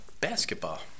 Basketball